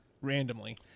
randomly